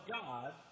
God